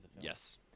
Yes